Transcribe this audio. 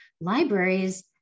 libraries